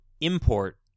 import